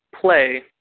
play